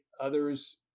others